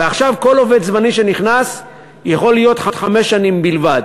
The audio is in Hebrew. ועכשיו כל עובד זמני נכנס לחמש שנים בלבד.